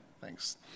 Thanks